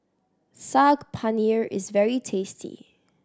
Saag Paneer is very tasty